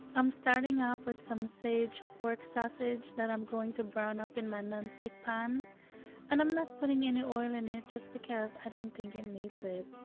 i'm starting off with some sage pork sausage that i'm going to brown up in my nonstick pan and i'm not putting any oil in it just because i don't think it needs it